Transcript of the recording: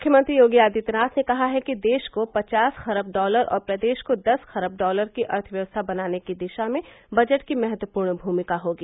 मुख्यमंत्री योगी आदित्यनाथ ने कहा है कि देश को पचास खरब डॉलर और प्रदेश को दस खरब डॉलर की अर्थव्यवस्था बनाने की दिशा में बजट की महत्वपूर्ण भूमिका होगी